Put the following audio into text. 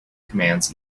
commands